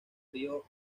río